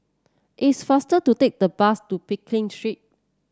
it's faster to take the bus to Pekin Street